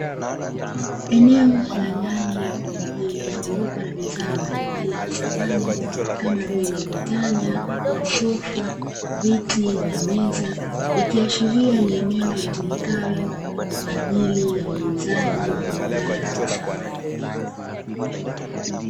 Eneo la ndani lililozungukwa na bidhaa mbalimbali za samani kama vile vitanda, masofa, viti na meza ikiashiria ni eneo litumikalo kwa ajili ya uuzaji wa bidhaa za samani.